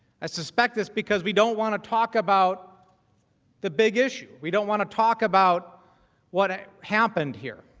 a suspect is because we don't wanna talk about the big issue we don't wanna talk about what ah happened here